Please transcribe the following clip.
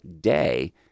day